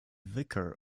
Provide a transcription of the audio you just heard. vicar